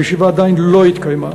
הישיבה עדיין לא התקיימה,